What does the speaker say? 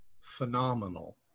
phenomenal